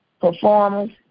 performance